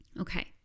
Okay